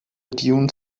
dune